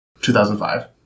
2005